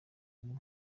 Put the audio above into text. rimwe